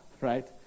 right